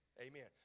Amen